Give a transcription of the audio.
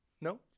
No